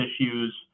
issues